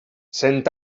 cent